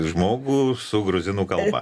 žmogų su gruzinų kalba